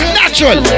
natural